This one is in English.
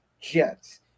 Jets